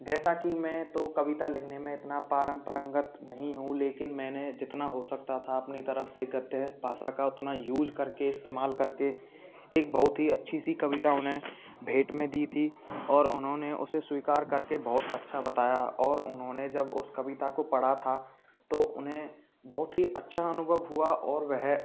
जैसा कि मैं तो कविता लिखने में इतना परम्परागत नहीं हूँ लेकिन मैंने जितना हो सकता था अपनी तरफ से गद्य भाषा का उतना यूज करके इस्तेमाल करके एक बहुत ही अच्छी सी कविता उन्हें भेंट में दी थी और उन्होंने उसे स्वीकार करके बहुत अच्छा बताया और उन्होंने जब उस कविता को पढ़ा था तो उन्हें बहुत ही अच्छा अनुभव हुआ और वह